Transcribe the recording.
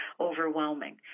overwhelming